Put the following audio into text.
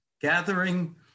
gathering